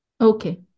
Okay